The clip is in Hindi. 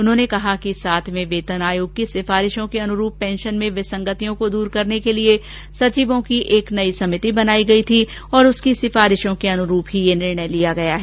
उन्होंने कहाकि सातवें वेतन आयोग की सिफारिशों के अनुरूप पेंशन में विसंगतियों को दूर करने के लिए सचिवों की एक समिति बनायी गयी थी और उसकी सिफारिशों के अनुरूप ही यह निर्णय लिया गया है